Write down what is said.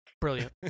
Brilliant